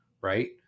right